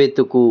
వెతుకు